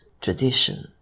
tradition